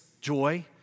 joy